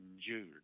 June